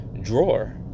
drawer